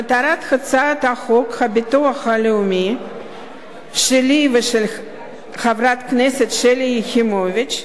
מטרת הצעת חוק הביטוח הלאומי שלי ושל חברת הכנסת שלי יחימוביץ,